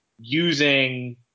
using